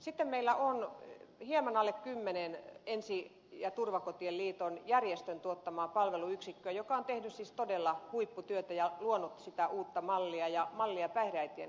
sitten meillä on hieman alle kymmenen ensi ja turvakotien liiton järjestön tuottamaa palveluyksikköä jotka ovat tehneet siis todella huipputyötä ja luoneet sitä uutta mallia ja mallia päihdeäitien hoitoon